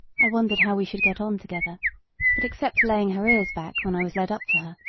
i wondered how we should get on together but except laying her ears back when i was led up to her,